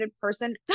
person